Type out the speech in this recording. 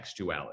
textuality